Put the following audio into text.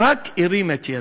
רק הרים את ידו.